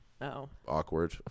awkward